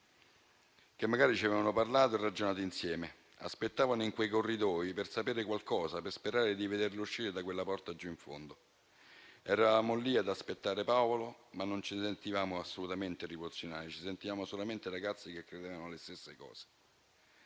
mia, magari ci avevano parlato e ragionato insieme, che aspettavano in quei corridoi per sapere qualcosa, per sperare di vederlo uscire da quella porta giù in fondo. Eravamo lì ad aspettare Paolo, ma non ci sentivamo assolutamente rivoluzionari, ci sentiamo solamente ragazzi che credevano le stesse cose.